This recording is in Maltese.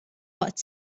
waqt